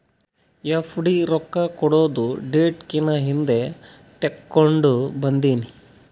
FD ರೊಕ್ಕಾ ಕೊಡದು date ಕಿನಾ ಹಿಂದೆ ತೇಕೊಂಡ್ ಬಂದಿನಿ